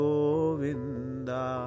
Govinda